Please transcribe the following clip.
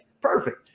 Perfect